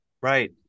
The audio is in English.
right